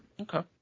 Okay